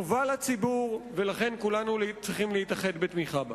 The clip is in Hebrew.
טובה לציבור, ולכן כולנו צריכים להתאחד בתמיכה בה.